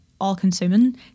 all-consuming